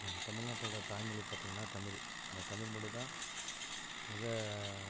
நம் தமிழ்நாட்டோட தாய்மொழி பார்த்திங்கனா தமிழ் அந்த தமிழ்மொழி தான் மிக